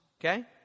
Okay